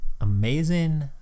Amazing